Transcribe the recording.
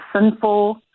sinful